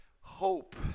hope